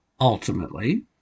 Ultimately